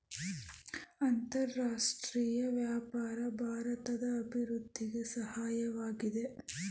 ಅಂತರರಾಷ್ಟ್ರೀಯ ವ್ಯಾಪಾರ ಭಾರತದ ಅಭಿವೃದ್ಧಿಗೆ ಸಹಾಯವಾಗಿದೆ